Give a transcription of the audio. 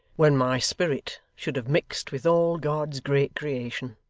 when my spirit should have mixed with all god's great creation.